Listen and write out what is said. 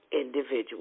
individual